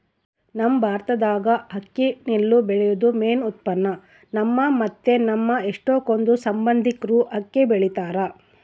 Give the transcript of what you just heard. ನಮ್ ಭಾರತ್ದಾಗ ಅಕ್ಕಿ ನೆಲ್ಲು ಬೆಳ್ಯೇದು ಮೇನ್ ಉತ್ಪನ್ನ, ನಮ್ಮ ಮತ್ತೆ ನಮ್ ಎಷ್ಟಕೊಂದ್ ಸಂಬಂದಿಕ್ರು ಅಕ್ಕಿ ಬೆಳಿತಾರ